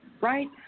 right